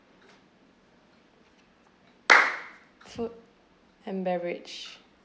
food and beverage